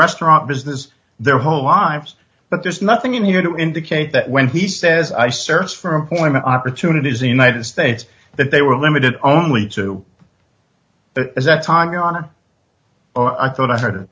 restaurant business their whole lives but there's nothing in here to indicate that when he says i searched for employment opportunities the united states that they were limited only to that is that time going on oh i thought i heard